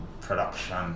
production